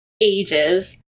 ages